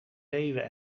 leeuwen